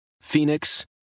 Phoenix